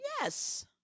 Yes